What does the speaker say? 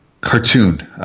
cartoon